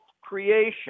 creation